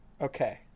Okay